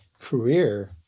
career